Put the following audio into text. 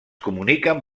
comuniquen